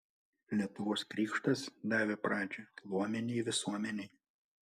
lietuvos krikštas davė pradžią luominei visuomenei